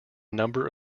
number